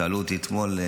שאלו אותי אתמול.